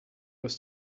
was